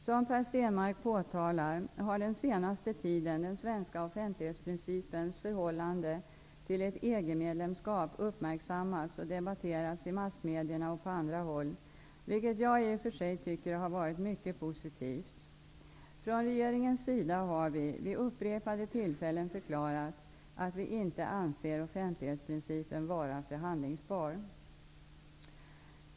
Som Per Stenmarck påtalar har den senaste tiden den svenska offentlighetsprincipens förhållande till ett EG-medlemskap uppmärksammats och debatterats i massmedierna och på andra håll, vilket jag i och för sig tycker har varit mycket positivt. Från regeringens sida har vi vid upprepade tillfällen förklarat att vi inte anser offentlighetsprincipen vara förhandlingsbar.